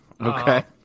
Okay